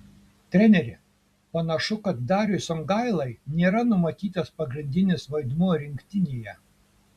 treneri panašu kad dariui songailai nėra numatytas pagrindinis vaidmuo rinktinėje